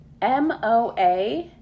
MOA